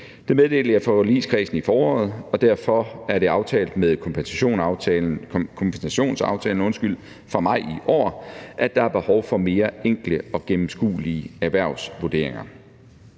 Det meddelte jeg forligskredsen i foråret, og derfor er det aftalt med kompensationsaftalen fra maj i år, at der er behov for mere enkle og gennemskuelige erhvervsvurderinger.